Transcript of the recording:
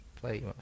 Play